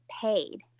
paid